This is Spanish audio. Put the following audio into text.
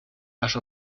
las